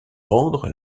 rendre